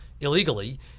illegally